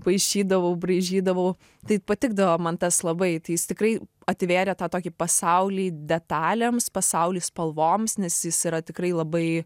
paišydavau braižydavau tai patikdavo man tas labai tai jis tikrai atvėrė tą tokį pasaulį detalėms pasaulį spalvoms nes jis yra tikrai labai